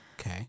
Okay